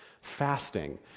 fasting